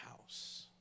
house